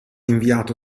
inviato